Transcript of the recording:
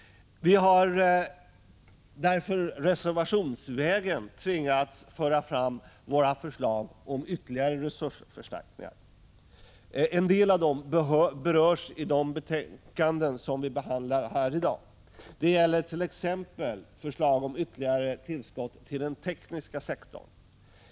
Vi har av denna anledning tvingats föra fram våra förslag om ytterligare resursförstärkningar reservationsvägen. En del av dem berörs i de betänkanden som vi behandlar här i dag. Det gällert.ex. förslag om ytterligare tillskott till den tekniska sektorn.